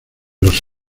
los